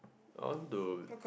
I want to